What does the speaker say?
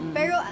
Pero